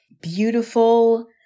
beautiful